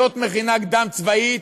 זאת מכינה קדם-צבאית,